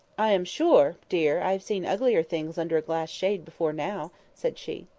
i am sure, dear, i have seen uglier things under a glass shade before now, said she.